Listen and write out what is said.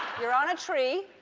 you're on a tree.